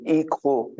equal